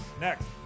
Next